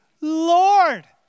Lord